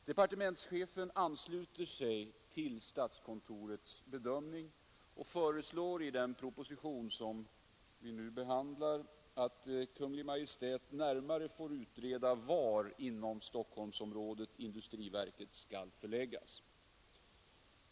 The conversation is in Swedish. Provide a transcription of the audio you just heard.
Departementschefen ansluter sig till statskontorets bedömning och föreslår i den proposition vi nu behandlar, att Kungl. Maj:t närmare får utreda var inom Stockholmsområdet industriverket skall förläggas.